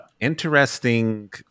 interesting